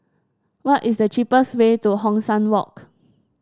what is the cheapest way to Hong San Walk